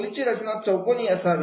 खोलीची रचना चौकोनी आकाराची असावी